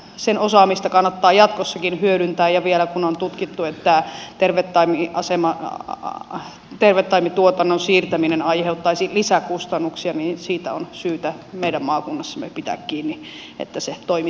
sen osaamista kannattaa jatkossakin hyödyntää ja vielä kun on tutkittu että tervetaimituotannon siirtäminen aiheuttaisi lisäkustannuksia niin siitä on syytä meidän maakunnassamme pitää kiinni että se toimi